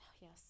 Yes